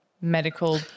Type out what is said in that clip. medical